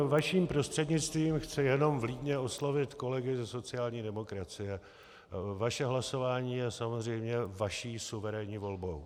Vaším prostřednictvím chci jen vlídně oslovit kolegy ze sociální demokracie: Vaše hlasování je samozřejmě vaší suverénní volbou.